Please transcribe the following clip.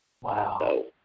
Wow